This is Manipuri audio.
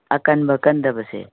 ꯑꯀꯟꯕ ꯀꯟꯗꯕꯁꯦ